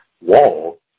wall